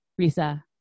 Risa